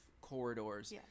corridors